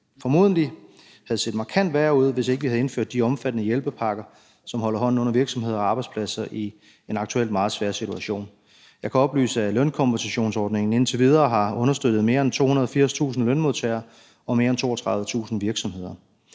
formodentlig havde set markant værre ud, hvis ikke vi havde indført de omfattende hjælpepakker, som holder hånden under virksomheder og arbejdspladser i en aktuelt meget svær situation. Jeg kan oplyse, at lønkompensationsordningen indtil videre har understøttet mere end 280.000 lønmodtagere og mere end 32.000 virksomheder.